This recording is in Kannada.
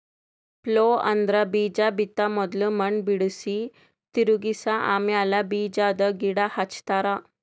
ಪ್ಲೊ ಅಂದ್ರ ಬೀಜಾ ಬಿತ್ತ ಮೊದುಲ್ ಮಣ್ಣ್ ಬಿಡುಸಿ, ತಿರುಗಿಸ ಆಮ್ಯಾಲ ಬೀಜಾದ್ ಗಿಡ ಹಚ್ತಾರ